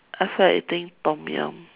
I feel like eating Tom-Yum